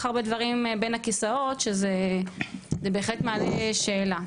הרבה דברים בן הכיסאות שזה בהחלט מעלה שאלה.